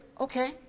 okay